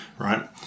right